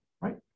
right